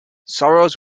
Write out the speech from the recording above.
sorrows